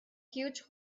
huge